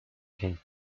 king